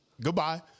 goodbye